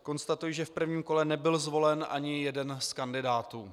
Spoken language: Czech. Konstatuji, že v prvním kole nebyl zvolen ani jeden z kandidátů.